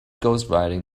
ghostwriting